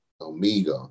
omega